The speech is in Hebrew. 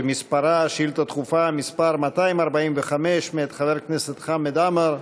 שאילתה דחופה מס' 245, מאת חבר הכנסת חמד עמאר: